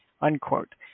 unquote